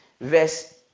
verse